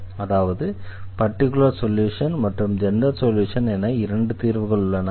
எனவே particular solution மற்றும் general solution என இரண்டு தீர்வுகளும் உள்ளன